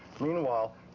meanwhile